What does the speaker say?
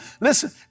Listen